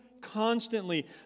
constantly